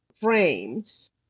frames